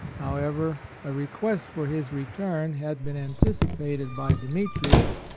however, a re quest for his return had been anticipated by demetrius,